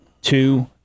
two